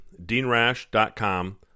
DeanRash.com